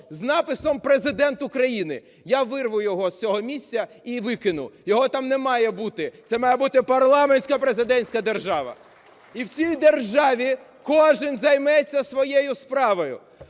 з написом "Президент України", я вирву його з цього місця і викину. Його там не має бути. Це має бути парламентсько-президентська держава! І в цій державі кожен займеться своєю справою.